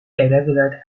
irregular